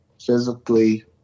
physically